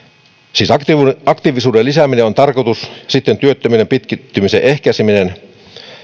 siis aktiivisuuden lisääminen on tarkoitus sitten työttömyyden pitkittymisen ehkäiseminen